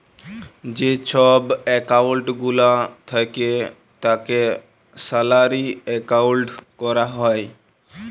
যে ছব একাউল্ট গুলা থ্যাকে তাকে স্যালারি একাউল্ট ক্যরা যায়